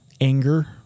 anger